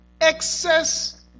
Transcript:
excess